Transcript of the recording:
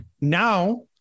now